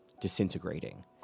disintegrating